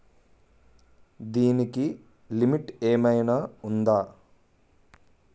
దీనికి లిమిట్ ఆమైనా ఉందా?